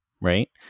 right